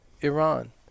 Iran